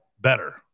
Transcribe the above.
better